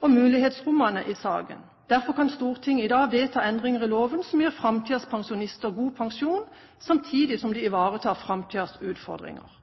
og mulighetsrommene i saken. Derfor kan Stortinget i dag vedta endringer i loven som gir framtidens pensjonister god pensjon, samtidig som de ivaretar framtidens utfordringer.